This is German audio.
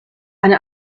eine